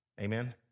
Amen